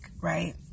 right